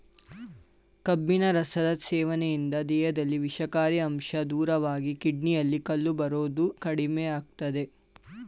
ಕಬ್ಬಿನ ರಸದ ಸೇವನೆಯಿಂದ ದೇಹದಲ್ಲಿ ವಿಷಕಾರಿ ಅಂಶ ದೂರವಾಗಿ ಕಿಡ್ನಿಯಲ್ಲಿ ಕಲ್ಲು ಬರೋದು ಕಡಿಮೆಯಾಗ್ತದೆ